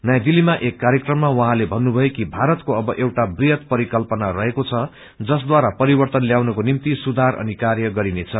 नयाँ दिल्लीमा एक कार्यक्रममा उहाँले भन्नुभयो कि भारतको अब एउटा वृहत परिकल्पना रहेको छ जसद्वारापरिर्वतन ल्याउनको निम्ति सुधार अनि कार्य गर्नेछ